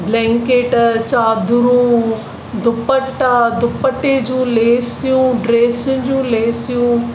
blanket चादरूं दुपटा दुपटे जूं लेसियूं ड्रेसुनि जूं लेसियूं